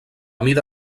mida